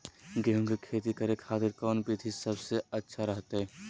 गेहूं के खेती करे खातिर कौन विधि सबसे अच्छा रहतय?